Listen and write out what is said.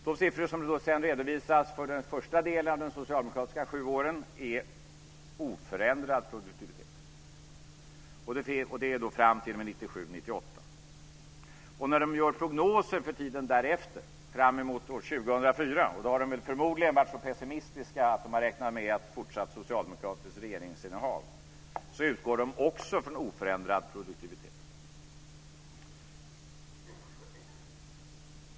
De siffror som sedan redovisas för den första delen av de socialdemokratiska sju åren visar oförändrad produktivitet. Det är alltså fram till 1997/98. När man gör prognoser för tiden därefter, framemot år 2004 - och då har man förmodligen varit så pessimistisk att man räknat med ett fortsatt socialdemokratiskt regeringsinnehav - utgår man också från oförändrad produktivitet.